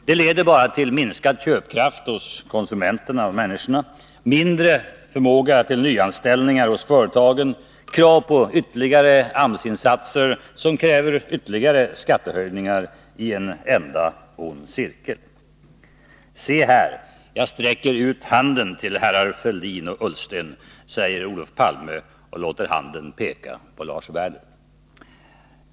Det leder bara till minskad köpkraft hos människorna, mindre förmåga till nyanställningar hos företagen och krav på ytterligare AMS-insatser, som i sin tur kräver ytterligare skattehöjningar i en enda ond cirkel. Se här, jag sträcker ut handen till herrar Fälldin och Ullsten, säger Olof Palme och låter handen peka på Lars Werner.